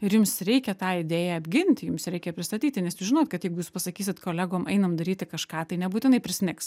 ir jums reikia tą idėją apginti jums reikia pristatyti nes jūs žinot kad jeigu jūs pasakysit kolegom einam daryti kažką tai nebūtinai prisnigs